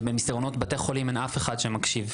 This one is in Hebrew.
ובמסדרונות בתי החולים אין אף אחד שמקשיב.